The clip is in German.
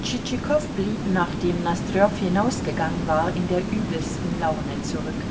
tschitschikow blieb nachdem nosdrjow hinausgegangen war in der übelsten laune zurück